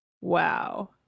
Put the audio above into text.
Wow